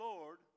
Lord